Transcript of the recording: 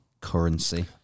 currency